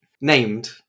Named